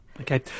Okay